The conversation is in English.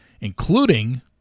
including